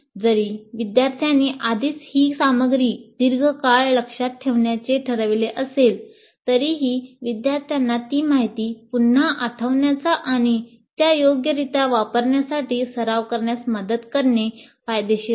जरी विद्यार्थ्यांनी आधीच ही सामग्री दीर्घ काळ लक्ष्यात ठेवण्याचे ठरवले असेल तरीही विद्यार्थ्यांना ती माहिती पुन्हा आठवण्याचा आणि त्या योग्यरित्या वापरण्यासाठी सराव करण्यास मदत करणे फायदेशीर आहे